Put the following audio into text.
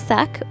Suck